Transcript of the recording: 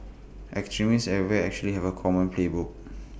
extremists everywhere actually have A common playbook